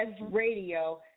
Radio